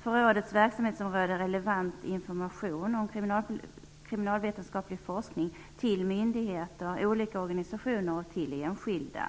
för rådets verksamhetsområde relevant information om kriminalvetenskaplig forskning till myndigheter, till olika organisationer och till enskilda.